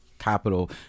capital